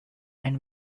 and